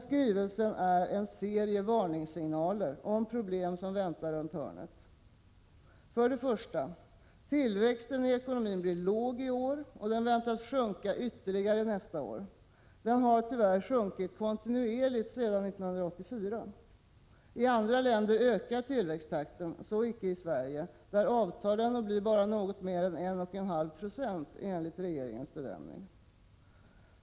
Skrivelsen är en serie varningssignaler om problem som väntar runt hörnet: För det första: Tillväxten i ekonomin blir låg i år och väntas sjunka ytterligare nästa år. Den har tyvärr sjunkit kontinuerligt sedan 1984. I andra länder ökar tillväxttakten. Så icke i Sverige — där avtar den och blir bara något mer än 1,5 Zo enligt regeringens bedömning.